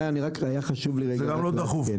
זה גם לא דחוף.